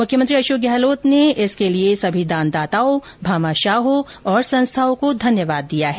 मुख्यमंत्री अशोक गहलोत ने इस सहयोग के लिए सभी दानदाताओं भामाशाहों और संस्थाओं को धन्यवाद दिया है